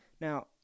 Now